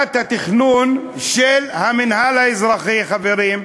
ועדת התכנון של המינהל האזרחי, חברים,